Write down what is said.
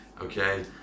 okay